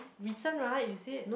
recent right you said